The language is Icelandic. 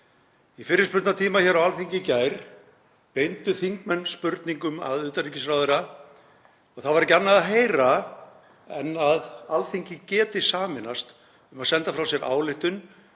Í fyrirspurnatíma hér á Alþingi í gær beindu þingmenn spurningum að utanríkisráðherra. Það var ekki annað að heyra en að Alþingi gæti sameinast um að senda frá sér ályktun